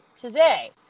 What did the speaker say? today